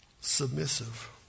submissive